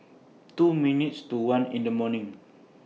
two minutes to one in The morning